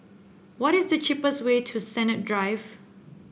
what is the cheapest way to Sennett Drive